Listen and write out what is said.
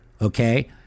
okay